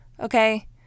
okay